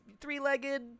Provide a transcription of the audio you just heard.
three-legged